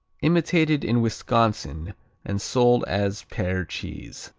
imitated in wisconsin and sold as pear cheese.